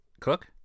Cook